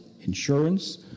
insurance